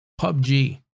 PUBG